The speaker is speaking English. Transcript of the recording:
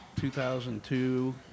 2002